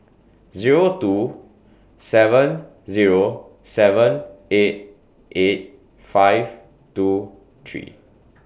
Zero two seven Zero seven eight eight five two three